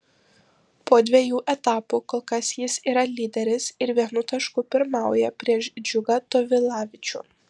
po dviejų etapų kol kas jis yra lyderis ir vienu tašku pirmauja prieš džiugą tovilavičių